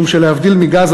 משום שלהבדיל מגז,